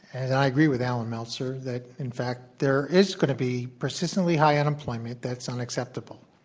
and i agree with allan meltzer that in fact there is going to be persistently high unemployment, that's unacceptable.